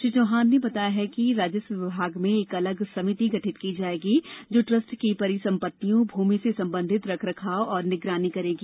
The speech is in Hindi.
श्री चौहान ने बताया कि राजस्व विभाग में एक अलग समिति गठित की जायेगी जो ट्रस्ट की परिसंपत्तियों भूमि से संबंधित रख रखाव और निगरानी करेगी